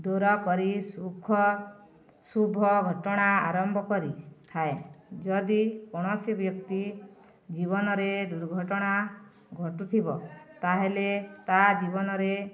ଦୂର କରି ସୁଖ ଶୁଭ ଘଟଣା ଆରମ୍ଭ କରିଥାଏ ଯଦି କୌଣସି ବ୍ୟକ୍ତି ଜୀବନରେ ଦୁର୍ଘଟଣା ଘଟୁଥିବ ତାହେଲେ ତା ଜୀବନରେ